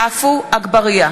עפו אגבאריה,